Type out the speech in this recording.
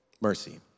mercy